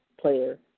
player